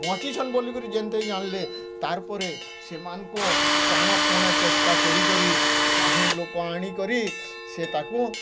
ବଞ୍ଚିଛନ୍ ବୋଲିକରି ଯେମ୍ତି ଯାନ୍ଲେ ତା'ର୍ ପରେ ସେମାନଙ୍କୁ ପ୍ରାଣ ପଣେ ଚେଷ୍ଟା କରି କରି କାହିଁ ଲୋକ୍ ଆଣିକରି ସେ ତାକୁ